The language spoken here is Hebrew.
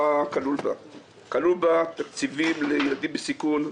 כלולים בה תקציבים לילדים בסיכון,